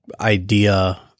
idea